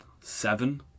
Seven